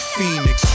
Phoenix